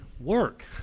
work